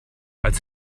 als